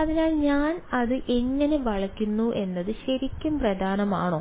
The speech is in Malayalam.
അതിനാൽ ഞാൻ അത് എങ്ങനെ വളയ്ക്കുന്നു എന്നത് ശരിക്കും പ്രധാനമാണോ